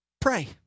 Pray